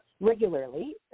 regularly